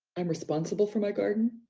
i'm responsible for my garden.